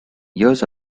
years